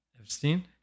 Epstein